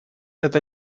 это